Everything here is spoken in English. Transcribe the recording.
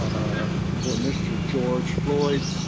ah for mr. george floyd,